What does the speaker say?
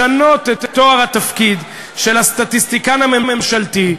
לשנות את תואר התפקיד של הסטטיסטיקן הממשלתי,